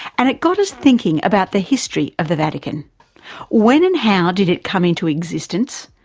and it got us thinking about the history of the vatican when and how did it come into existence,